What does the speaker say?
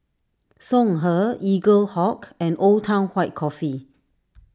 Songhe Eaglehawk and Old Town White Coffee